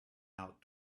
out